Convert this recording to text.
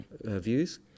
views